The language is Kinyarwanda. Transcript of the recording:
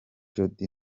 jody